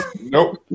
Nope